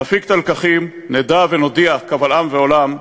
נפיק את הלקחים, נדע ונודיע קבל עם ועולם: